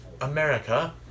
America